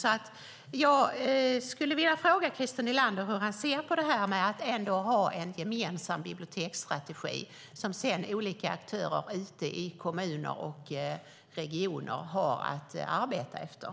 Hur ser Christer Nylander på att ha en gemensam biblioteksstrategi, som sedan olika aktörer ute i kommuner och regioner har att arbeta efter?